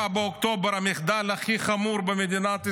על 7 באוקטובר, המחדל הכי חמור במדינת ישראל,